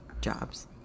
jobs